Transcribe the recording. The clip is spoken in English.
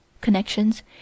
Connections